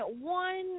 one